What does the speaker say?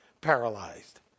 paralyzed